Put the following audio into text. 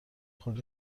خود